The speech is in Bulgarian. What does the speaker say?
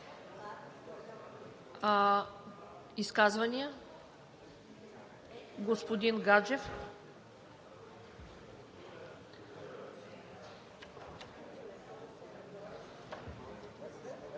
Изказвания? Господин Гаджев.